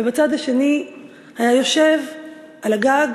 ובצד השני היה יושב על הגג,